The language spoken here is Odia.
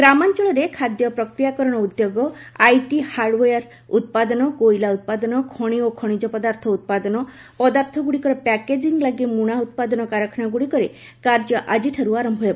ଗ୍ରାମାଞ୍ଚଳରେ ଖାଦ୍ୟ ପ୍ରକ୍ରିୟାକରଣ ଉଦ୍ୟୋଗ ଆଇଟି ହାର୍ଡଓୟାର୍ ଉତ୍ପାଦନ କୋଇଲା ଉତ୍ପାଦନ ଖଣି ଓ ଖଣିଜ ପଦାର୍ଥ ଉତ୍ପାଦନ ପଦାର୍ଥଗୁଡ଼ିକର ପ୍ୟାକେଙ୍କିଂ ଲାଗି ମୁଣା ଉତ୍ପାଦନ କାରଖାନାଗୁଡ଼ିକରେ କାର୍ଯ୍ୟ ଆଜିଠାରୁ ଆରମ୍ଭ ହେବ